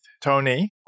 Tony